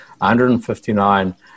159